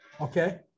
okay